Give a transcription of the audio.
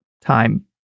time